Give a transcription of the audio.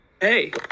Hey